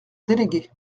délégué